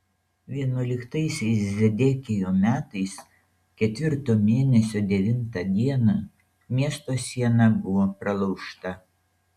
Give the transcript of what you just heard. vienuoliktaisiais zedekijo metais ketvirto mėnesio devintą dieną miesto siena buvo pralaužta